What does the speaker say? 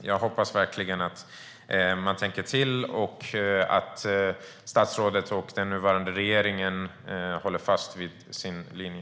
Jag hoppas verkligen att man tänker till och att statsrådet och den nuvarande regeringen håller fast vid sin linje.